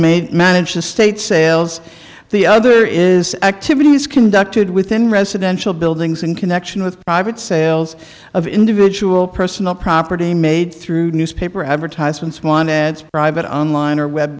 made manage the state sales the other is activities conducted within residential buildings in connection with private sales of individual personal property made through newspaper advertisements want ads private online or web